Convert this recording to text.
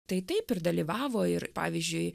tai taip ir dalyvavo ir pavyzdžiui